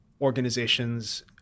organizations